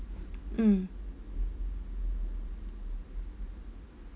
mm